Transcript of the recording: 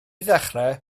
ddechrau